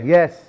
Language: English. Yes